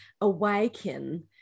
awaken